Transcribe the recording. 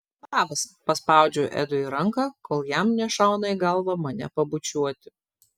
labas paspaudžiu edui ranką kol jam nešauna į galvą mane pabučiuoti